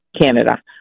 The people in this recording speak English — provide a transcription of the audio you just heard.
Canada